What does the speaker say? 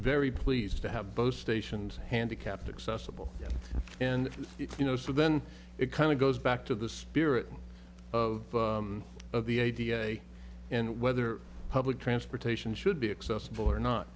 very pleased to have both stations handicapped accessible and you know so then it kind of goes back to the spirit of of the idea and whether public transportation should be accessible or not